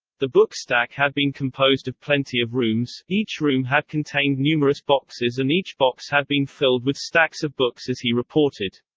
the book stack had been composed of plenty of rooms, each room had contained numerous boxes and each box had been filled with stacks of books as he reported.